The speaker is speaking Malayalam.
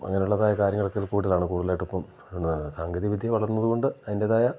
അങ്ങനെയുള്ളതായ കാര്യങ്ങളൊക്കെ ഇപ്പോൾ കൂടുതലാണ് കൂടുതലായിട്ടുക്കും എന്നാണ് സാങ്കേതിക വിദ്യ വളർന്നതുകൊണ്ട് അതിൻ്റേതായ